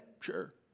Sure